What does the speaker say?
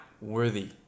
worthy